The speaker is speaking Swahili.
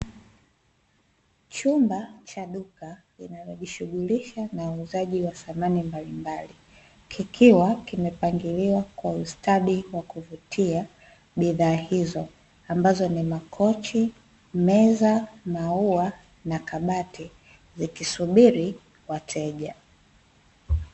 Chumba cha duka linalojishughulisha na uuzaji wa dhamani mbalimbali kikiwa kimepangiliwa kwa ustadi wa kuvutia bidhaa hizo ambazo ni makochi, meza, maua na kabati zikisubiri wateja.